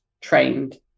trained